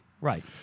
Right